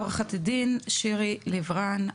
עורכת הדין שירי לב רן,